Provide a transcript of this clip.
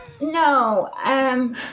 no